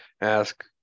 ask